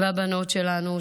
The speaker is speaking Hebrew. והבנות שלנו,